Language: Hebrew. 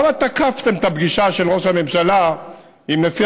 למה תקפתם את הפגישה של ראש הממשלה עם נשיא